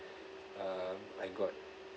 uh I got